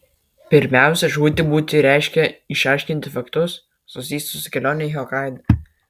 pirmiausia žūti būti reikia išaiškinti faktus susijusius su kelione į hokaidą